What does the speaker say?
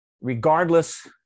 regardless